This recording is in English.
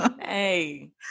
Hey